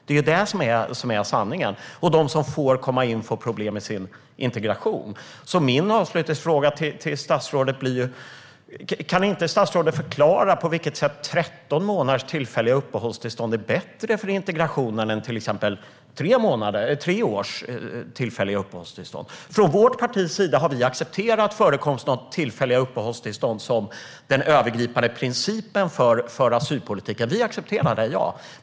Det är det som är sanningen. Och de som får komma in får problem med sin integration. Min avslutningsfråga till statsrådet blir: Kan statsrådet förklara på vilket sätt 13 månaders tillfälliga uppehållstillstånd är bättre för integrationen än till exempel tre års tillfälliga uppehållstillstånd? Vi har från vårt partis sida accepterat förekomsten av tillfälliga uppehållstillstånd som den övergripande principen för asylpolitiken. Vi accepterar det.